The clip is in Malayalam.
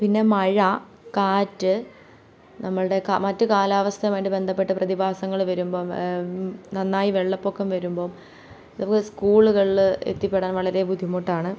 പിന്നെ മഴ കാറ്റ് നമ്മളുടെ കാ മറ്റ് കാലാവസ്ഥ വേണ്ടി ബന്ധപ്പെട്ട പ്രതിഭാസങ്ങൾ വരുമ്പം നന്നായി വെള്ളപ്പൊക്കം വരുമ്പം ഇതൊക്കെ സ്കൂളുകളിൽ എത്തിപ്പെടാൻ വളരെ ബുദ്ധിമുട്ടാണ്